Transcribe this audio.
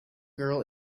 girl